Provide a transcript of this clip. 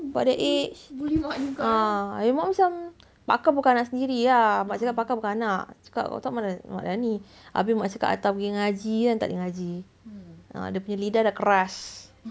about that age ah tapi mak macam pak kal bukan anak sendiri ah mak cakap pak kal bukan anak cakap kalau tak mana mak nak ni habis mak cakap hantar pergi mengaji tak boleh mengaji dia punya lidah dah keras